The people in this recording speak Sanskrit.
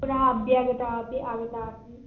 पुनः अभ्यागताः अपि आगताः अस्ति